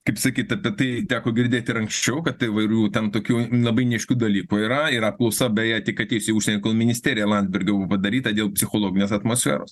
kaip sakyt apie tai teko girdėt ir anksčiau kad įvairių ten tokių labai neaiškių dalykų yra ir apklausa beje tik atėjus į užsienį kol ministerija landsbergio buvo padarytą dėl psichologinės atmosferos